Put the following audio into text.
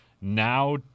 now